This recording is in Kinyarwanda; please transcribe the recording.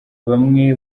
bamwe